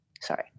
Sorry